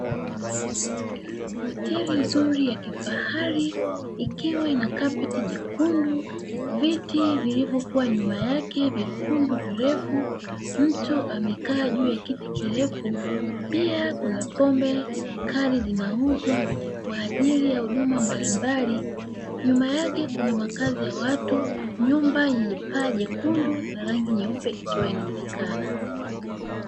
Hoteli nzuri yakifahari ikiwa inakapeti jekundu viti vilivyo kuwa nyuma yake vyekundu virefu, mtu amekaa juu ya kiti kirefu pia kuna pombe kali zinauzwa kwa ajili ya huduma mbalimbali, nyuma yake kuna makazi ya watu nyumba yenye paa jekundu na rangi nyeupe ikiwa inaonekana.